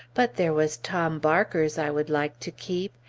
but there was tom barker's i would like to keep,